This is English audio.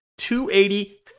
280